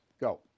Go